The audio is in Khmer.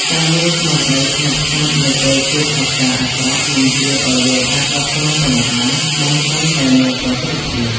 ការមានស្មារតីស្ងប់ស្ងាត់នៅពេលជួបហេតុការណ៍អាក្រក់នឹងជួយឱ្យយើងអាចដោះស្រាយបញ្ហាបានកាន់តែមានប្រសិទ្ធភាព។